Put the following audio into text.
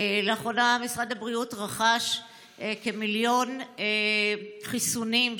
רכש כמיליון חיסונים,